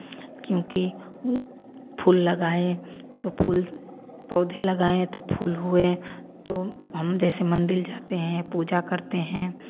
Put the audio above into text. क्योंकि फूल लगाए तो फूल पौधे लगाए तो फूल हुए तो हम जैसे मंदिर जाते हैं पूजा करते हैं